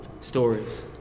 stories